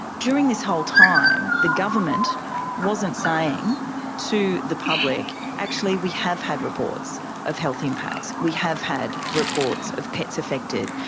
during this whole time, the government wasn't saying to the public, actually, we have had reports of health impacts, we have had reports of pets affected.